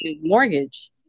mortgage